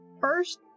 first